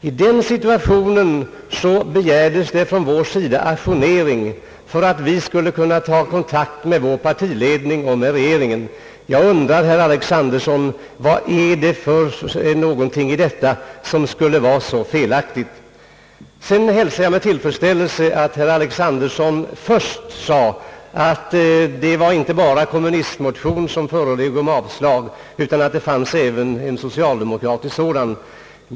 I den situationen begärde vi ajournering för att kunna ta kontakt med vår partiledning och regeringen. Vad är det för någonting i detta, herr Alexanderson, som skulle vara så felaktigt? Jag hälsar med tillfredsställelse att herr Alexanderson nu nämnde, att det inte bara var kommunistmotionen som yrkade avslag på propositionen utan att det även fanns en socialdemokratisk sådan.